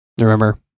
Remember